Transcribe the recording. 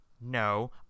No